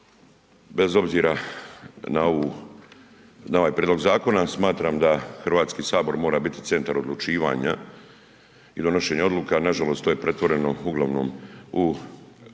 Bez obzira na ovaj prijedlog zakona smatram da Hrvatski sabor mora biti centar odlučivanja i donošenja odluka, nažalost to je pretvoreno u kupovinu i